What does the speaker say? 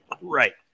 Right